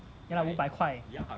ya 五百块